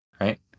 right